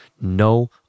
No